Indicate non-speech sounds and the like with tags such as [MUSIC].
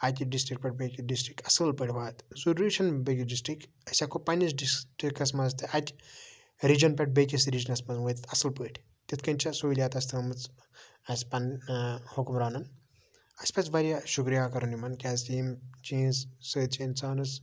اَکہِ ڈِسٹِرٛک پٮ۪ٹھ بیٚکہِ ڈِسٹِرٛک اَصٕل پٲٹھۍ واتہِ ضٔروٗری چھُنہٕ بیٚکہِ ڈِسٹِرٛک أسۍ ہٮ۪کو پنٛنِس ڈِسٹِرٛکَس منٛز تہِ اَکہِ رِجَن پٮ۪ٹھ بیٚکِس رِجنَس منٛز وٲتِتھ اَصٕل پٲٹھۍ تِتھ کٔنۍ چھےٚ سہولیات اَسہِ تھٲومٕژ اَسہِ [UNINTELLIGIBLE] حُکُمرانَن اَسہِ پَزِ واریاہ شُکریہ کَرُن یِمَن کیٛازکہِ یِم چینٛجٕس سۭتۍ چھِ اِنسانَس